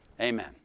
Amen